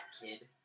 kid